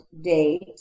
date